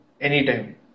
Anytime